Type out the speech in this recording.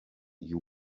you